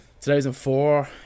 2004